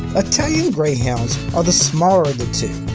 italian greyhounds are the smaller of the two,